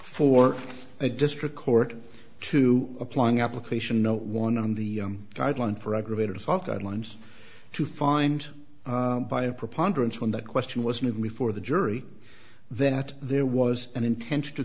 for a district court to applying application no one on the guideline for aggravated assault guidelines to find by a preponderance when the question was moved before the jury that there was an intention